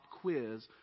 quiz